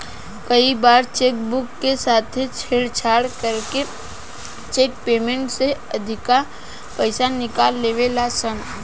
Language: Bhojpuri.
कई बार चेक बुक के साथे छेड़छाड़ करके चेक पेमेंट से अधिका पईसा निकाल लेवे ला सन